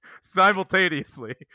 simultaneously